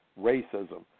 racism